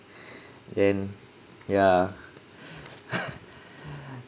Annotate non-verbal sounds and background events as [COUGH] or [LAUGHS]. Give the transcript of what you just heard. [BREATH] then ya [LAUGHS]